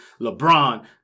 LeBron